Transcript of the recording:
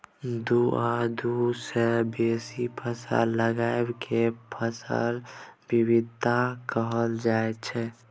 दु आ दु सँ बेसी फसल लगाएब केँ फसल बिबिधता कहल जाइ छै